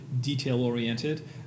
detail-oriented